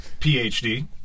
PhD